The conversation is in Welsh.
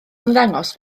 ymddangos